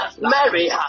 Mary